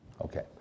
Okay